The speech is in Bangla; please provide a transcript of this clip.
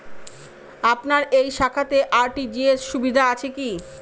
আপনার এই শাখাতে আর.টি.জি.এস সুবিধা আছে কি?